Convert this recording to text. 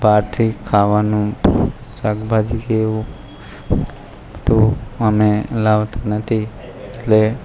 બહારથી ખાવાનું શાકભાજી કે એવું તો અમે લાવતા નથી એટલે